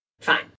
fine